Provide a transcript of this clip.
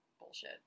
bullshit